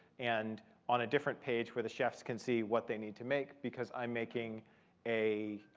and on a different page where the chefs can see what they need to make, because i'm making a